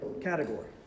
category